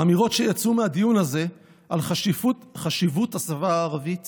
האמירות שיצאו מהדיון הזה על חשיבות השפה הערבית